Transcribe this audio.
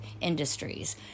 industries